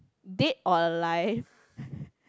dead or alive